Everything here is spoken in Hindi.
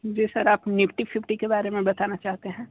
जी सर आप निफ्टी फिफ्टी के बारे में बताना चाहते हैं